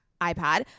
iPad